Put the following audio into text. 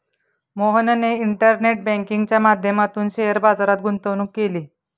मोहनने इंटरनेट बँकिंगच्या माध्यमातून शेअर बाजारात गुंतवणूक केली